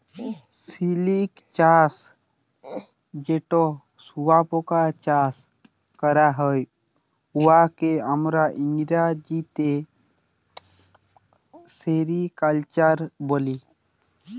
সিলিক চাষ যেট শুঁয়াপকা চাষ ক্যরা হ্যয়, উয়াকে আমরা ইংরেজিতে সেরিকালচার ব্যলি